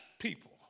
people